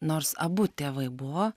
nors abu tėvai buvo